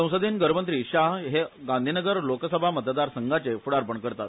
संसदेन घरमंत्री शाह हे गांधीनगर लोकसभा मतदारसंघाचे फुडारपण करतात